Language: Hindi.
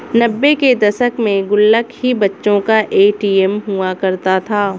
नब्बे के दशक में गुल्लक ही बच्चों का ए.टी.एम हुआ करता था